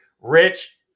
Rich